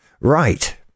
Right